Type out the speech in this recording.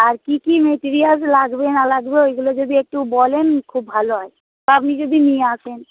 আর কী কী মেটিরিয়ালস লাগবে না লাগবে ওইগুলো যদি একটু বলেন খুব ভালো হয় তো আপনি যদি নিয়ে আসেন